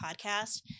podcast